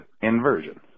inversion